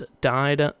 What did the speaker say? died